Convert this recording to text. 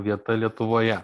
vieta lietuvoje